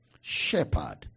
shepherd